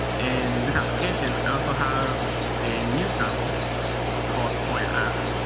in this application, i so have a new sample called coin app.